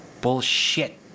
Bullshit